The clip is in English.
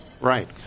Right